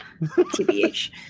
TBH